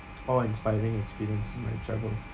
awe inspiring experience in my travel